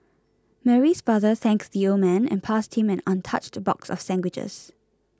Mary's father thanked the old man and passed him an untouched box of sandwiches